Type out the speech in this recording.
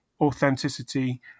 authenticity